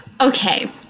Okay